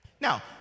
Now